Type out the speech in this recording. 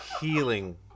healing